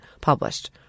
published